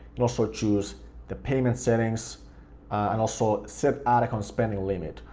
but also choose the payment settings and also set ad account spending limit.